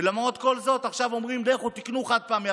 ולמרות כל זאת עכשיו אומרים: לכו, תקנו חד-פעמי.